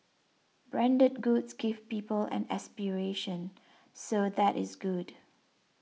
branded goods give people an aspiration so that is good